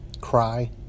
Cry